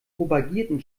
propagierten